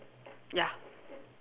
ya